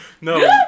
No